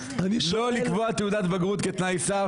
לא לקבוע תעודת בגרות כתנאי סף,